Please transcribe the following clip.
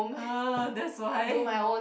uh that's why